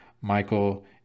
Michael